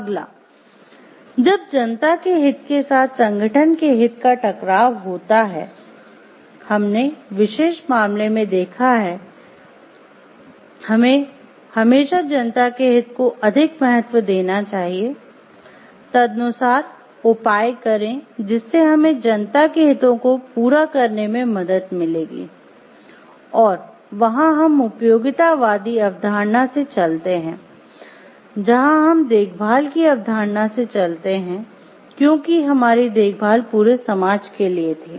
अगला जब जनता के हित के साथ संगठन के हित का टकराव होता है हमने विशेष मामले में देखा है हमें हमेशा जनता के हित को अधिक महत्व से चलते हैं क्योंकि हमारी देखभाल पूरे समाज के लिए थी